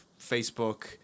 Facebook